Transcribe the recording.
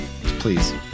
Please